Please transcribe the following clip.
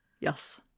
yes